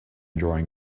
drawing